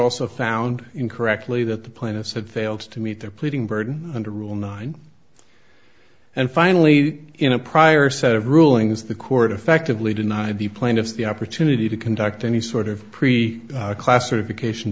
also found incorrectly that the plaintiffs had fails to meet their pleading burden under rule nine and finally in a prior set of rulings the court effectively denied the plaintiffs the opportunity to conduct any sort of pre classification